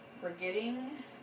forgetting